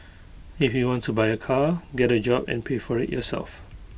if you want to buy A car get A job and pay for IT yourself